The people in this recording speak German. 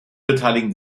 beteiligen